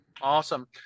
Awesome